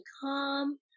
calm